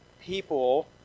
people